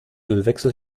ölwechsel